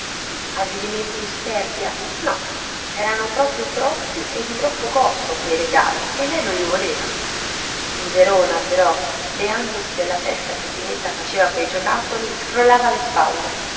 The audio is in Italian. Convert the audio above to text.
avvilimento di superbia no erano proprio troppi e di troppo costo quei regali e lei non voleva il verona però beandosi della festa che ginetta faceva a quei giocattoli scrollava le spalle